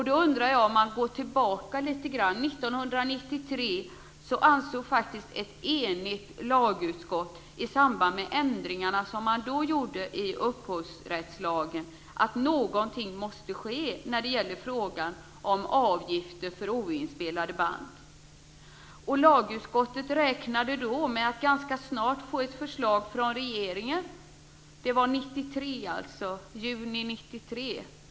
Låt oss gå tillbaka lite grann. 1993 ansåg ett enigt lagutskott i samband med ändringar som man då gjorde i upphovsrättslagen att något måste ske när det gäller frågan om avgifter på oinspelade band. Och lagutskottet räknade då med att ganska snart få ett förslag från regeringen. Det var i juni 1993.